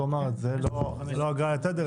זו לא אגרה על תדר,